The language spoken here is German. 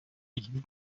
ihm